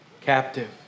captive